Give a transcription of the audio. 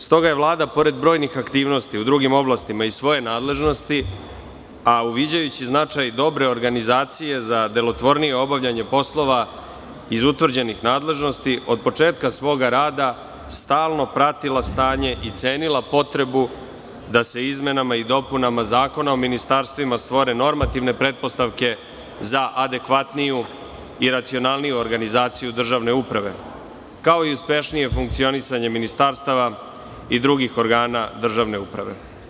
Stoga je Vlada pored brojnih aktivnosti u drugim oblastima iz svoje nadležnosti, a uviđajući značaj dobre organizacije za delotvornije obavljanje poslova iz utvrđenih nadležnosti, od početka svoga rada stalno pratila stanje i cenila potrebu da se izmenama i dopunama Zakona o ministarstvima stvore normativne pretpostavke za adekvatniju i racionalniju organizaciju državne uprave, kao i uspešnije funkcionisanje ministarstava i drugih organa državne uprave.